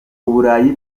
uburayi